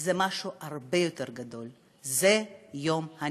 זה משהו הרבה יותר גדול, זה יום הניצחון.